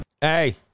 Hey